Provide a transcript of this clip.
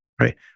right